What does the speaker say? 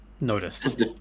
noticed